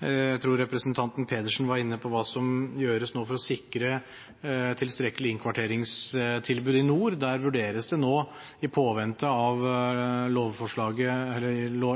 Jeg tror representanten Pedersen var inne på hva som nå gjøres for å sikre et tilstrekkelig innkvarteringstilbud i nord. Der vurderes det nå, i påvente av